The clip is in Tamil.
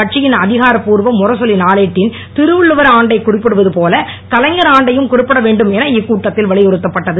கட்சியின் அதிகாரப்பூர்வ முரசொலி நாளேட்டின் திருவள்ளுவர் ஆண்டை குறிப்பிடுவது போல கலைஞர் ஆண்டையும் குறிப்பிட வேண்டுமென இக்கூட்டத்தில் வலியுறுத்தப்பட்டது